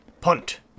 PUNT